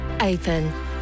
open